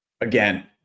again